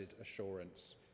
Assurance